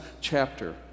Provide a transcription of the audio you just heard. chapter